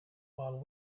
while